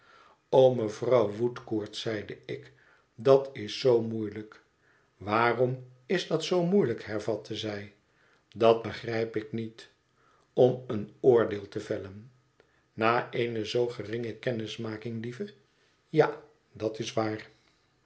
o mevrouw woodcourt zeide ik dat is zoo moeielijk waarom is dat zoo moeielijk hervatte zij dat begrijp ik niet om een oordeel te vellen na eene zoo geringe kennismaking lieve ja dat is waar